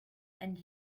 and